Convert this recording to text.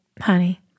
honey